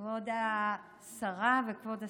כבוד השרה וכבוד השר,